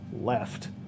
left